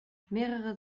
mehrere